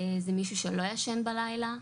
זה מישהו שלא ישן בלילה,